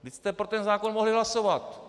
Vždyť jste pro ten zákon mohli hlasovat!